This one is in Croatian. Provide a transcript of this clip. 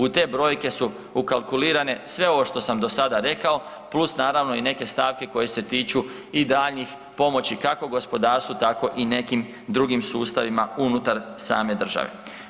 U te brojke su ukalkulirane sve ovo što sam do sada rekao plus naravno i neke stavke koje se tiču i daljnjih pomoći kako gospodarstvu tako i nekim drugim sustavima unutar same države.